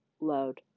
load